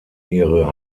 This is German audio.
ihre